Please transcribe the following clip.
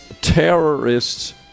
terrorists